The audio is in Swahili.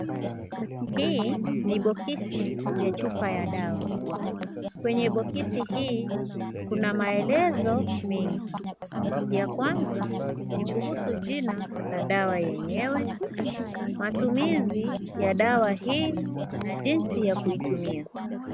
Hii ni boksi ya chupa ya dawa kwenye boksi hii kuna maelezo mengi ya kwanza ni kuhusu jina la dawa yenyewe matumizi ya dawa hii na jinsi ya kutumia.